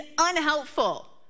unhelpful